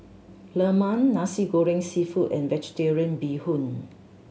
Lemang Nasi Goreng Seafood and Vegetarian Bee Hoon